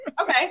okay